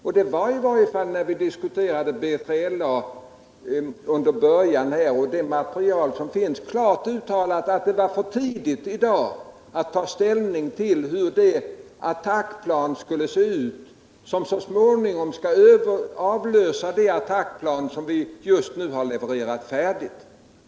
När vi från början diskuterade BILA kom man fram till att det var för tidigt att ta ställning till hur det attackplan skulle se ut, som så småningom skulle ersätta det attack plan Viggen som just nu har levererats färdigt.